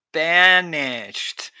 banished